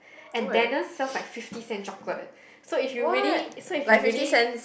and Dannas sells like fifty cent chocolate so if you really so if you really